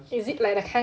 is it like the kind lah